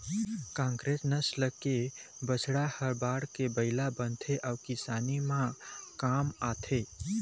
कांकरेज नसल के बछवा ह बाढ़के बइला बनथे अउ किसानी बूता म काम आथे